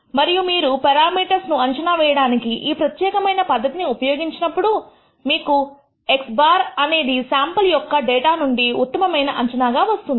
మరియు మీరు పెరామీటర్స్ ను అంచనా వేయడానికి ఈ ప్రత్యేకమైన పద్ధతిని ఉపయోగించినప్పుడు మీకు x̅అనేది శాంపుల్ యొక్క డేటా నుండి ఉత్తమమైన అంచనా గా వస్తుంది